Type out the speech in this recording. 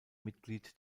mitglied